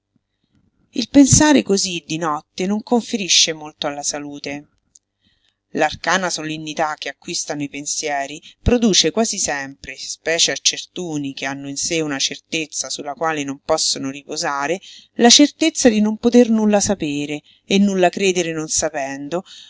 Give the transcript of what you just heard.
il pensare cosí di notte non conferisce molto alla salute l'arcana solennità che acquistano i pensieri produce quasi sempre specie a certuni che hanno in sé una certezza su la quale non possono riposare la certezza di non poter nulla sapere e nulla credere non sapendo